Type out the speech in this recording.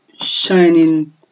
shining